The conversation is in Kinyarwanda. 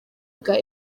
bwa